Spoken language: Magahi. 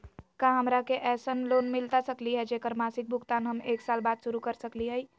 का हमरा के ऐसन लोन मिलता सकली है, जेकर मासिक भुगतान हम एक साल बाद शुरू कर सकली हई?